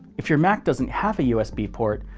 if your mac doesn't have a usb port,